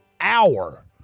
Hour